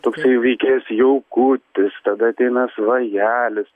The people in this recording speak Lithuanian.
toksai veikėjas jaukutis tada ateina svajelis